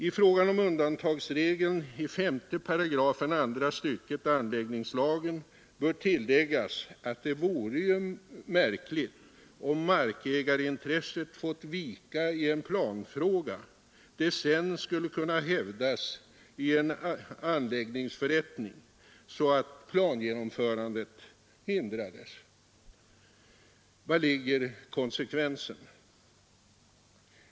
I fråga om undantagsregeln i 5 § andra stycket anläggningslagen bör tilläggas att det ju vore märkligt att om markägarintresset fått vika i en planfråga det sedan skulle kunna hävdas i en anläggningsförrättning så att plangenomförandet hindrades. Var ligger konsekvensen?